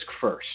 first